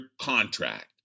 contract